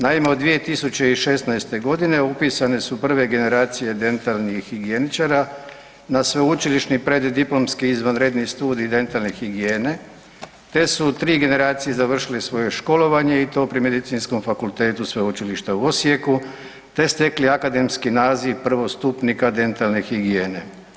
Naime, od 2016. godine upisane su prve generacije dentalnih higijeničara na sveučilišni preddiplomski izvanredni studij dentalne higijene te su 3 generacije završile svoje školovanje i to pri Medicinskom fakulteta Sveučilišta u Osijeku te stekli akademski naziv prvostupnika dentalne higijene.